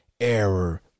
error